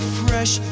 fresh